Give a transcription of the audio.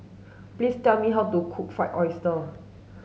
please tell me how to cook fried oyster